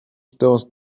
those